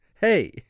Hey